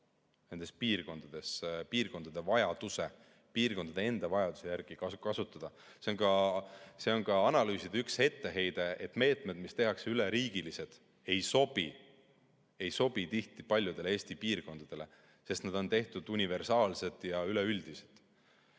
nendes piirkondades piirkondade enda vajaduse järgi kasutada. See on ka analüüside üks etteheide, et meetmed, mis tehakse üleriigilised, ei sobi tihti paljudele Eesti piirkondadele, sest nad on tehtud universaalsed ja üleüldised.